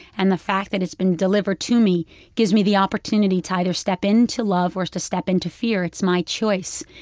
and the fact that it's been delivered to me gives me the opportunity to either step into love or to step into fear. it's my choice.